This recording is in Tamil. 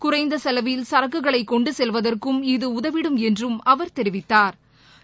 குறைந்த செலவில் சரக்குகளை கொண்டு செல்வதற்கும் இது உதவிடும் என்றும் அவா் தெரிவித்தாா்